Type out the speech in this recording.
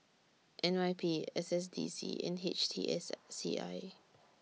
N Y P S S D C and H T S C I